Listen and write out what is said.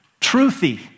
Truthy